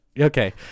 Okay